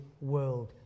world